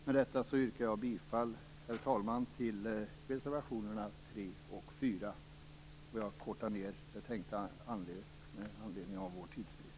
Med detta yrkar jag bifall, herr talman, till reservationerna 3 och 4. Jag har kortat ned mitt anförande med anledning av vår tidsbrist.